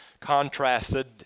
contrasted